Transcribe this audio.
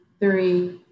three